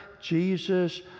Jesus